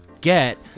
get